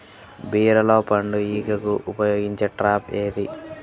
బీరలో పండు ఈగకు ఉపయోగించే ట్రాప్ ఏది?